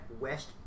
West